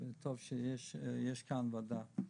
וטוב שיש כאן ועדה.